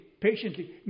patiently